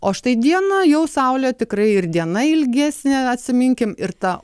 o štai dieną jau saulė tikrai ir diena ilgesnė atsiminkim ir ta